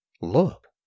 Look